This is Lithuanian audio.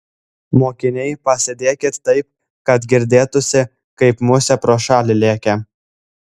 mokiniai pasėdėkit taip kad girdėtųsi kaip musė pro šalį lekia